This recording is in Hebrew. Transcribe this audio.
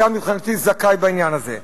אתה מבחינתי זכאי בעניין הזה.